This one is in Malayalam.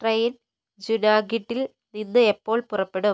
ട്രെയിൻ ജുനാഘിട്ടിൽ നിന്ന് എപ്പോൾ പുറപ്പെടും